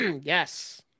Yes